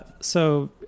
so-